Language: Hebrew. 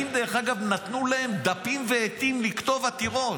אם נתנו להם דפים ועטים לכתוב עתירות.